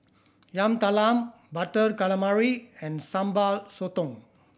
Yam Talam Butter Calamari and Sambal Sotong